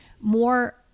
more